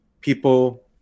people